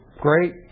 great